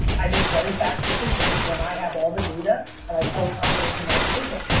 i make very fast decisions when i have all the data and i have full confidence in my decision.